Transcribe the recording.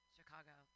Chicago